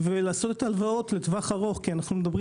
ולעשות את ההלוואות לטווח ארוך כי אנחנו מדברים